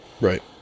Right